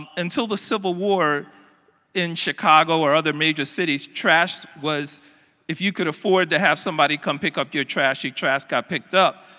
until the civil war in chicago or other major cities trash was if you could afford to have somebody come peck up your trash trash, trash picked up.